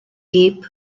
geb